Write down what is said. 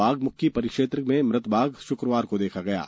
बाघ मुक्की परिक्षेत्र में मृत बाघ शुक्रवार को देखा गया है